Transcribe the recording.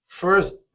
first